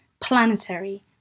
planetary